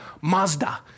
Mazda